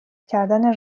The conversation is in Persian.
کردن